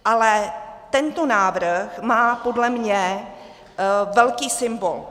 Ale tento návrh má podle mě velký symbol.